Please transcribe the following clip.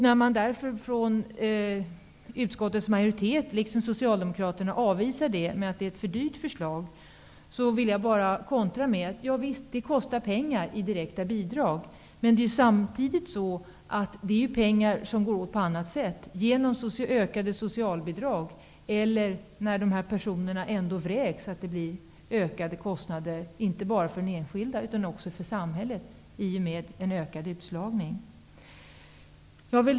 När därför utskottets majoritet, liksom socialdemokraterna, avvisar förslaget med att det är för dyrt, vill jag bara kontra med: Ja visst, det kostar pengar i direkta bidrag. Men samtidigt är det pengar som skulle gå åt på annat sätt, genom ökade socialbidrag eller när de här personerna ändå vräks. Det blir ökade kostnader inte bara för den enskilde, utan också för samhället, i och med en ökad utslagning.